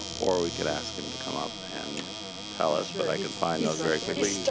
or we could ask him to come up and tell us, but i can find those very quickly,